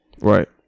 Right